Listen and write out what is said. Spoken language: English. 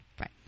Right